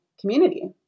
community